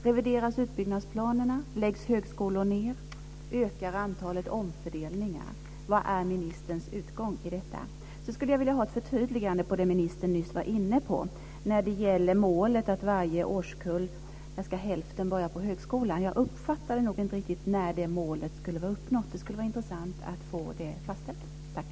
Revideras utbyggnadsplanerna? Läggs högskolor ned? Ökar antalet omfördelningar? Vilken är ministerns utgång i detta? Sedan skulle jag vilja ha ett förtydligande på det som ministern nyss var inne på när det gäller målet att hälften av varje årskull ska börja på högskolan. Jag uppfattade inte riktigt när målet skulle vara uppnått. Det skulle vara intressant att få det fastställt.